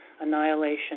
Annihilation